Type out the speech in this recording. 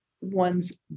one's